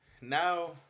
now